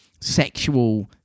sexual